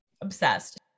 Obsessed